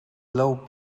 low